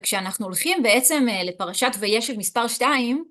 כשאנחנו הולכים בעצם לפרשת וישב מספר 2,